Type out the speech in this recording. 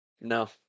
No